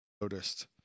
noticed